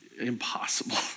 impossible